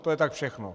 To je tak všechno.